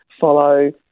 follow